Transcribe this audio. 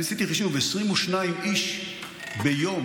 אני עשיתי חישוב: 22 איש מתים ביום